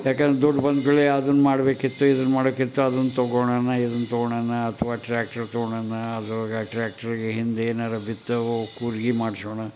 ಯಾಕೆಂದ್ರೆ ದುಡ್ಡು ಬಂದ ಕೂಡಲೇ ಅದನ್ನ ಮಾಡಬೇಕಿತ್ತು ಇದನ್ನು ಮಾಡಬೇಕಿತ್ತು ಅದನ್ನ ತಗೊಳ್ಳೋಣ ಇದನ್ನ ತಗೊಳ್ಳೋಣ ಅಥ್ವಾ ಟ್ರ್ಯಾಕ್ಟರ್ ತಗೊಳ್ಳೋಣ ಅದ್ರೊಳಗೆ ಟ್ರ್ಯಾಕ್ಟ್ರಿಗೆ ಹಿಂದು ಏನಾದ್ರು ಬಿತ್ತವು ಮಾಡಿಸೋಣ